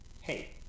hey